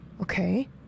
Okay